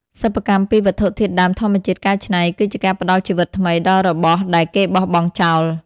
សិប្បកម្មពីវត្ថុធាតុដើមធម្មជាតិកែច្នៃ គឺជាការផ្តល់ជីវិតថ្មីដល់របស់ដែលគេបោះបង់ចោល។